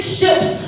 ships